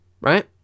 Right